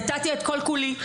נתתי את כל כולי,